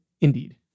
Indeed